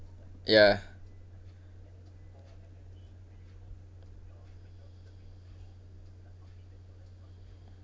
ya